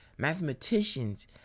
mathematicians